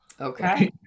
Okay